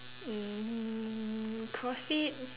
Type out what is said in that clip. mm crossfit